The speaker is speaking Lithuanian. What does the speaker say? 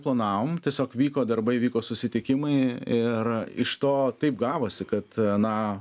planavom tiesiog vyko darbai vyko susitikimai ir iš to taip gavosi kad na